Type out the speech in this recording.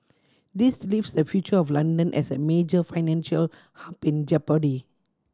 this leaves the future of London as a major financial hub in jeopardy